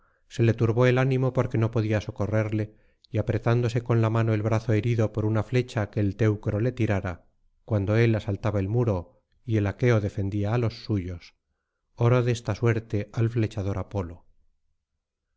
se le turbó el ánimo porque no podía socorrerle y apretándose con la mano el brazo herido por una flecha que teucro le tirara cuando él asaltaba el muro y el aqueo defendía á los suyos oró de esta suerte al flechador apolo